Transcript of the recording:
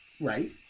Right